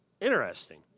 Interesting